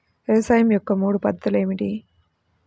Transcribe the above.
వ్యవసాయం యొక్క మూడు పద్ధతులు ఏమిటి?